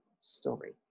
story